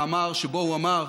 מאמר שבו הוא אמר: